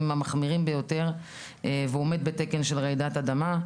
המחמירים ביותר ועומד בתקן של רעידת אדמה.